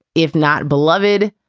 if not beloved,